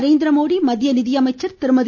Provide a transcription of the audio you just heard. நரேந்திரமோடி மத்திய நிதியமைச்சர் திருமதி